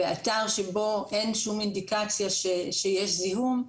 באתר שבו אין שום אינדיקציה שיש זיהום,